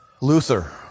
Luther